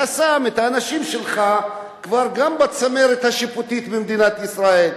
אתה שם את האנשים שלך כבר בצמרת השיפוטית במדינת ישראל.